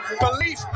belief